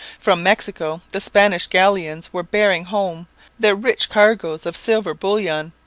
from mexico the spanish galleons were bearing home their rich cargoes of silver bullion.